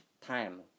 time